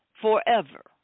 forever